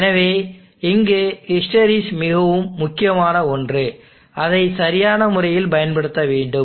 எனவே இங்கு ஹிஸ்டெரெஸிஸ் மிகவும் முக்கியமான ஒன்று அதை சரியான முறையில் பயன்படுத்த வேண்டும்